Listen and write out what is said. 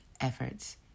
efforts